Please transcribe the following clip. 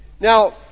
Now